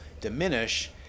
diminish